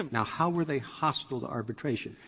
um now, how were they hostile to arbitration?